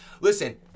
Listen